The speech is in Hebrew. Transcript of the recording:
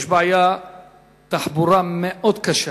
יש בעיית תחבורה מאוד קשה